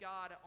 God